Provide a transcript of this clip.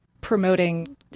promoting